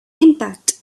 impact